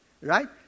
right